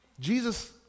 Jesus